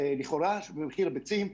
מבחינת מחיר הביצים,